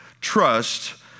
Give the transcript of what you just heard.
trust